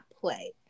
play